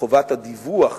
וחובת הדיווח